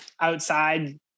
outside